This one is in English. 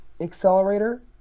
accelerator